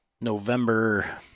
november